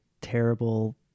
terrible